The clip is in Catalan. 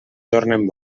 tornen